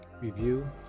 review